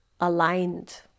aligned